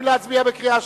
האם להצביע בקריאה שלישית?